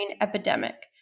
Epidemic